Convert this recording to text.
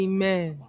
Amen